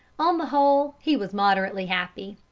on the whole, he was moderately happy.